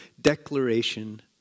declaration